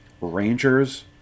Rangers